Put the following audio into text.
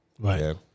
Right